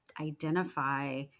identify